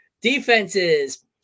defenses